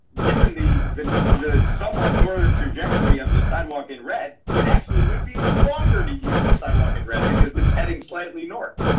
given the the somewhat northern trajectory of the sidewalk in red, it actually would be longer to use the sidewalk in red because it's heading slightly north.